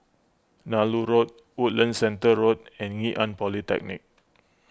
Nallur Road Woodlands Centre Road and Ngee Ann Polytechnic